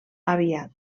aviat